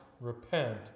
repent